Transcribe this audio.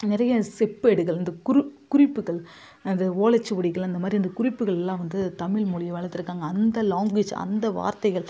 நிறைய செப்பேடுகள் இந்த குறு குறிப்புகள் அந்த ஓலை சுவடிகள் அந்த மாதிரி அந்த குறிப்புகளெல்லாம் வந்து தமிழ் மொழிய வளர்த்துருக்காங்க அந்த லாங்வேஜ் அந்த வார்த்தைகள்